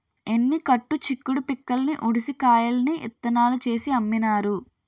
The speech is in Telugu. ఎన్ని కట్టు చిక్కుడు పిక్కల్ని ఉడిసి కాయల్ని ఇత్తనాలు చేసి అమ్మినారు